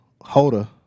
Holder